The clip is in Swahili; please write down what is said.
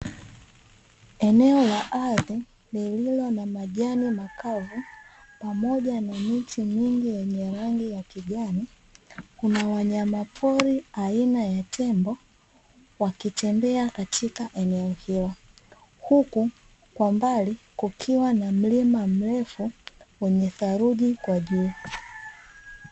Eneo la ardhi lililo na majani makavu, pamoja na miti mingi yenye rangi ya kijani. Kuna wanyama pori aina ya tembo, wakitembea katika eneo hilo. Huku kwa mbali kukiwa na mlima mrefu, wenye theluji kwa juu.